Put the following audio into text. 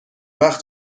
وقت